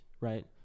right